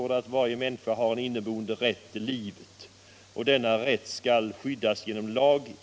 "Varje människa har en inneboende rätt till livet. Denna rätt skall skyddas genom lag.